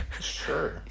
Sure